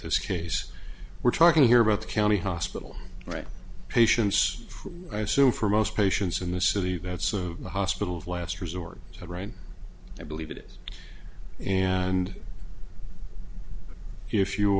this case we're talking here about the county hospital right patients i assume for most patients in the city that's the hospital of last resort that right i believe it is and if you